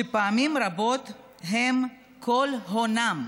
שפעמים רבות הם כל הונם.